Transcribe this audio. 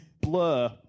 Blur